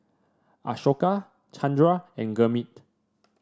Ashoka Chandra and Gurmeet